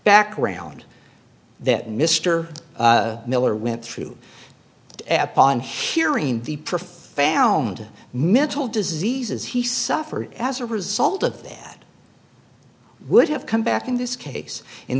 background that mr miller went through at dawn hurin the profound mental diseases he suffered as a result of that would have come back in this case in